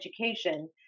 education